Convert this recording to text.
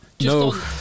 No